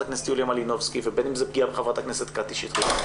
הכנסת יוליה מלינובסקי ובין אם זו פגיעה בחברת הכנסת קטי שטרית,